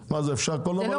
מה, אפשר כל דבר לעשות?